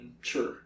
sure